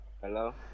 Hello